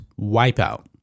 wipeout